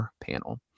panel